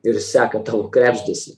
ir seka tavo krebždesį